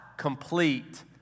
complete